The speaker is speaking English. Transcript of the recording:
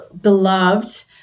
beloved